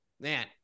man